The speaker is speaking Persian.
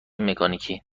مکانیکی